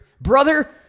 brother